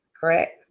correct